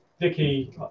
Vicky